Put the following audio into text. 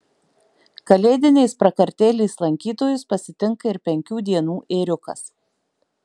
kalėdinės prakartėlės lankytojus pasitinka ir penkių dienų ėriukas